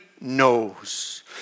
knows